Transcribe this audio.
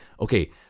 okay